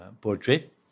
portrait